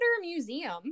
Museum